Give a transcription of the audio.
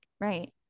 right